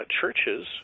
churches